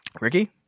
Ricky